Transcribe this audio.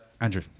Andrew